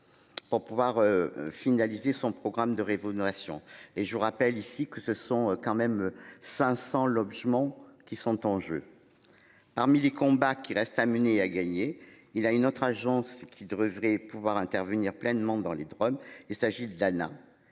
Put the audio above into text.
Pour pouvoir finaliser son programme de rivaux novation et je vous rappelle ici que ce sont quand même 500 logements qui sont en jeu. Parmi les combats qui restent à mener à gagner. Il a une autre agence qui devrait pouvoir intervenir pleinement dans les Drom et s'agit Anna.